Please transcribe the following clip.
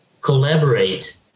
collaborate